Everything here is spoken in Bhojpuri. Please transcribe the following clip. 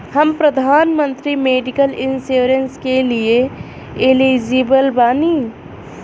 हम प्रधानमंत्री मेडिकल इंश्योरेंस के लिए एलिजिबल बानी?